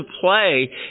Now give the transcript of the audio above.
play